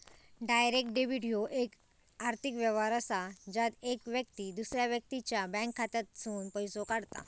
direct debit ह्यो येक आर्थिक व्यवहार असा ज्यात येक व्यक्ती दुसऱ्या व्यक्तीच्या बँक खात्यातसूनन पैसो काढता